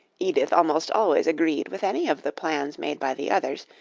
edith almost always agreed with any of the plans made by the others,